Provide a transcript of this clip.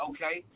Okay